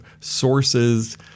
sources